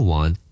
one